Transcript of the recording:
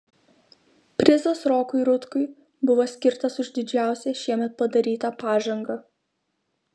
prizas rokui rutkui buvo skirtas už didžiausią šiemet padarytą pažangą